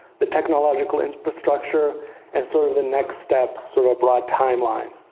the technological infrastructure and sort of the next steps, sort of broad time line.